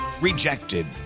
rejected